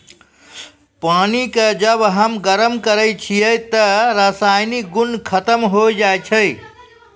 पानी क जब हम गरम करै छियै त रासायनिक गुन खत्म होय जाय छै